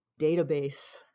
database